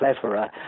cleverer